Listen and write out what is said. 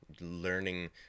Learning